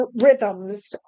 rhythms